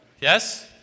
Yes